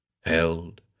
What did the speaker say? Held